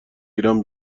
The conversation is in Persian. ایران